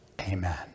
amen